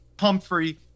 Humphrey